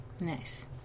Nice